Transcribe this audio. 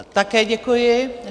Také děkuji.